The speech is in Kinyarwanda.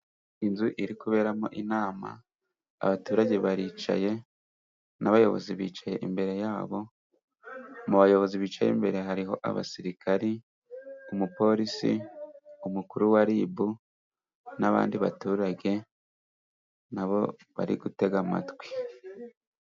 Inzu iri kuberamo inama abaturage baricaye n'abayobozi bicaye imbere yabo mu bayobozi bicaye imbere hariho abasirikare, umupolisi, umukuru wa ribu n'abandi baturage nabo bari gutega amatwi.